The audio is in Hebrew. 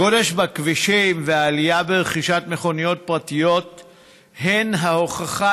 הגודש בכבישים והעלייה ברכישת מכוניות פרטיות הם ההוכחה,